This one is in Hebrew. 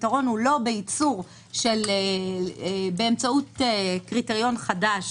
הוא לא בייצור של קריטריון חדש